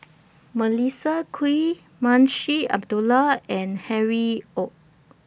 Melissa Kwee Munshi Abdullah and Harry ORD